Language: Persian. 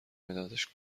مدادش